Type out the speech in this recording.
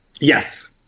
Yes